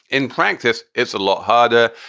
in practice, it's a lot harder.